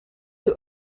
who